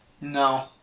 No